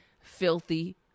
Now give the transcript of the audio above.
filthy